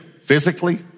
physically